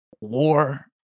war